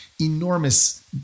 enormous